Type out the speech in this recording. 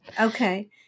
Okay